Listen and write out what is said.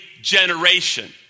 generation